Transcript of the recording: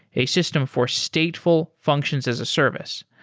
a system for stateful functions as a service.